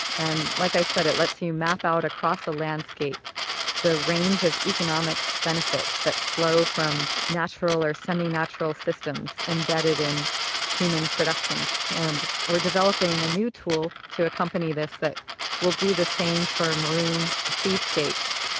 and like i said it lets you map out across a landscape the range of economic benefits that flow from natural or semi-natural systems embedded in human production. and we're developing a new tool to accompany this that will do the same for marine seascapes,